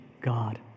God